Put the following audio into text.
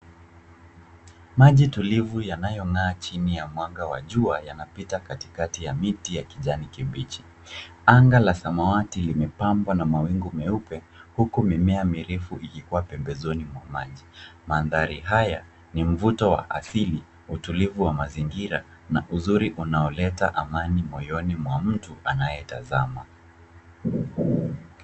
Maji tulivu yanayong'aa chini ya mwanga wa jua yanapita katikati ya miti ya kijani kibichi. Anga la samawati limepambwa na mawingu meupe huku mimea mirefu ikiwa pembezoni mwa maji. Mandhari haya ni mvuto wa asili, utulivu wa mazingira na uzuri unaoleta amani moyoni mwa mtu anayetazama.